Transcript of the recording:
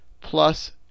plus